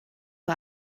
war